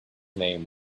name